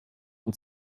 und